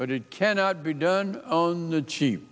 but it cannot be done on the cheap